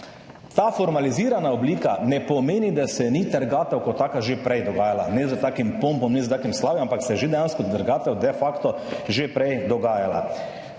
ta formalizirana oblika ne pomeni, da se ni trgatev kot taka že prej dogajala, ne s takim pompom, ne s takim slavjem, ampak se je trgatev že dejansko, de facto že prej dogajala,